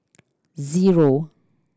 zero